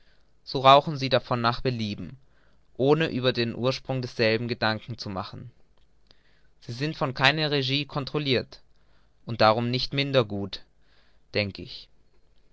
so rauchen sie davon nach belieben und ohne über den ursprung derselben sich gedanken zu machen sie sind von keiner regie controlirt und sind darum nicht minder gut denk ich